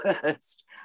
first